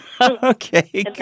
okay